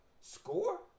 Score